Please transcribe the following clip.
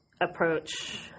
approach